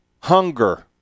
Hunger